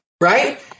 right